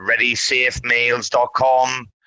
readysafemails.com